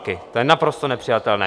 To je naprosto nepřijatelné.